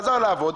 חזר לעבוד,